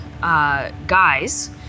guys